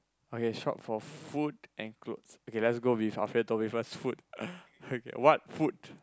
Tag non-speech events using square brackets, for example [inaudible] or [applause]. okay shop for food and clothes okay let's go with our favourite topic first food [laughs] what food